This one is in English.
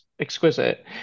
exquisite